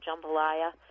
jambalaya